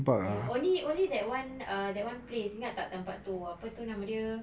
ya only only that one err that one place ingat tak tempat tu apa tu nama dia